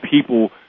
people